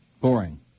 Boring